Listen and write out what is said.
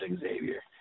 Xavier